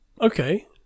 Okay